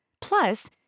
Plus